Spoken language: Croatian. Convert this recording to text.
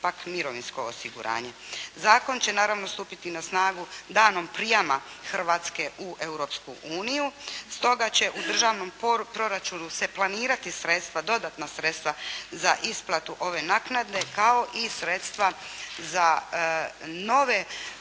pak mirovinsko osiguranje. Zakon će naravno stupiti na snagu danom prijama Hrvatske u Europsku uniju stoga će u državnom proračunu se planirati sredstva, dodatna sredstva za isplatu ove naknade kao i sredstva za nove